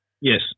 yes